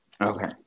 Okay